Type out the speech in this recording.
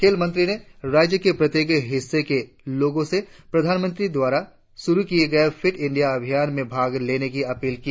खेल मंत्री ने राज्य के प्रत्येक हिस्से के लोगों से प्रधानमंत्री द्वारा शुरु किए गए फिट इंडिया अभियान में भाग लेने की अपील की